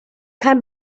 kein